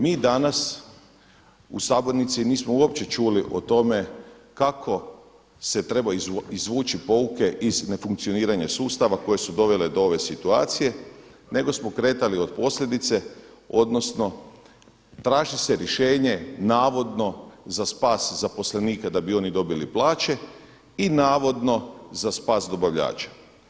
Mi danas u sabornici nismo uopće čuli o tome kako se trebaju izvući pouke iz nefunkcioniranja sustava koje su dovele do ove situacije nego smo kretali od posljedice, odnosno traži se rješenje navodno za spas zaposlenika da bi oni dobili plaće i navodno za spas dobavljača.